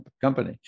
company